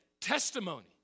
testimony